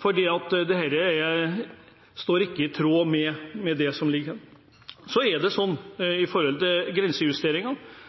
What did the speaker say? for det er ikke i tråd med det som er framlagt her. Når det gjelder grensejusteringer, er dette nettopp å ta folk på alvor – det